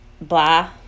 blah